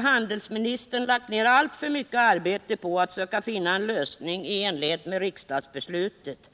handelsministern tydligen inte lagt ned alltför stort arbete på att söka finna en lösning i enlighet med riksdagsbeslutet.